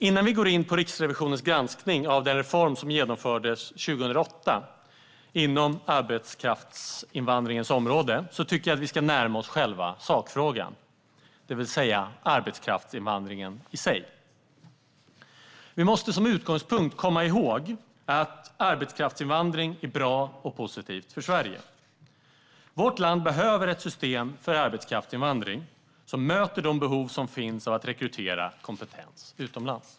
Innan vi går in på Riksrevisionens granskning av den reform som genomfördes 2008 inom arbetskraftsinvandringens område tycker jag att vi ska närma oss själva sakfrågan, det vill säga arbetskraftsinvandringen i sig. Vi måste som utgångspunkt komma ihåg att arbetskraftsinvandring är bra och positivt för Sverige. Vårt land behöver ett system för arbetskraftsinvandring som möter de behov som finns av att rekrytera kompetens utomlands.